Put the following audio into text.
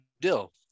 Dill